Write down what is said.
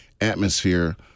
atmosphere